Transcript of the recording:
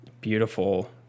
Beautiful